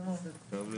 נראה לי